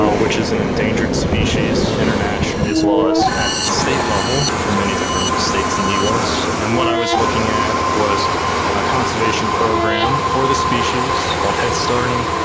which is an an endangered species internationally as well as at state level for many different states in the us. and what i was looking at was a conservation program for the species called headstarting,